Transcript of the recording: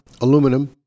aluminum